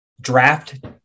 draft